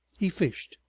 he fished.